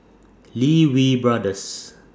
Lee Wee Brothers